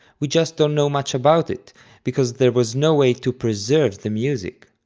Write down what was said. we just don't know much about it because there was no way to preserve the music.